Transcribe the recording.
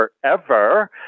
forever